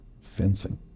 fencing